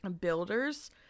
builders